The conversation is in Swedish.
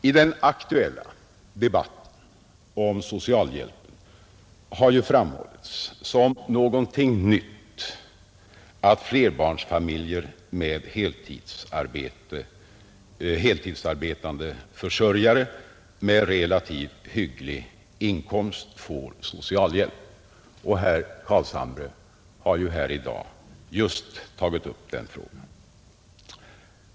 I den aktuella debatten om socialhjälpen har framhållits som någonting nytt att flerbarnsfamiljer med heltidsarbetande försörjare som har relativt hyggliga inkomster får socialhjäp, och herr Carlshamre har ju här i dag tagit upp just den frågan.